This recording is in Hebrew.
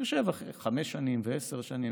אחרי חמש שנים או עשר שנים,